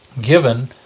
given